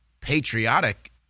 patriotic